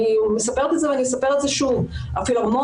אני מספרת את זה ואני אספר את זה שוב: הפילהרמונית,